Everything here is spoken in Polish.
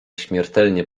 śmiertelnie